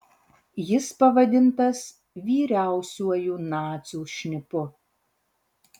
jis pavadintas vyriausiuoju nacių šnipu